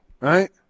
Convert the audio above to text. right